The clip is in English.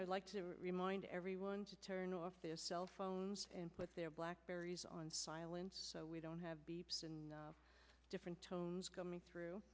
would like to remind everyone to turn off their cell phones and put their blackberries on silence so we don't have beeps and different tones coming through